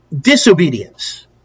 disobedience